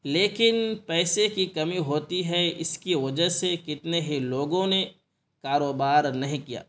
لیکن پیسے کی کمی ہوتی ہے اس کی وجہ سے کتنے ہی لوگوں نے کاروبار نہیں کیا